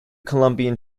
colombian